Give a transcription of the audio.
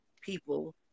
people